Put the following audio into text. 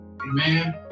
Amen